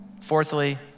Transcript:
fourthly